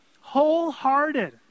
wholehearted